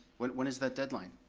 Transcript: when when is that deadline?